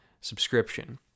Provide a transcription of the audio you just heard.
subscription